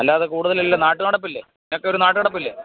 അല്ലാതെ കൂടുതലില്ല നാട്ടുനടപ്പില്ലേ ഇതിനൊക്കെ ഒരു നാട്ടുനടപ്പില്ലേ